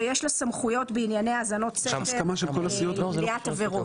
שיש לה סמכויות בענייני האזנות סתר למניעת עבירות,